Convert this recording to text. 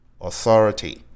authority